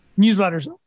newsletters